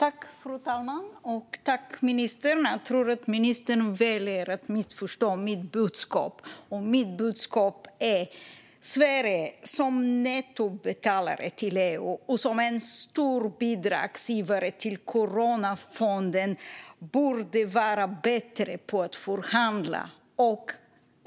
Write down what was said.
Fru talman! Tack, ministern! Jag tror att ministern väljer att missförstå mitt budskap. Mitt budskap är att Sverige, som nettobetalare till EU och som stor bidragsgivare till coronafonden, borde vara bättre på att förhandla.